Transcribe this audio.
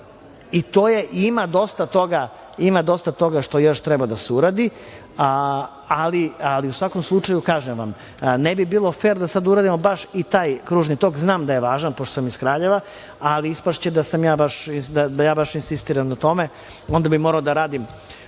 Ima dosta toga što još treba da se uradi, ali u svakom slučaju kažem vam, ne bi bilo fer da sada uradimo baš i taj kružni tok, znam da je važan, pošto sam iz Kraljeva, ali ispašće da ja baš insistiram na tome, onda bih morao da radim,